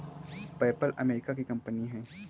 PayPal America की कंपनी है